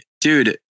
dude